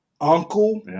uncle